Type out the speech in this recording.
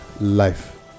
life